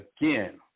again